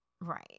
right